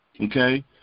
okay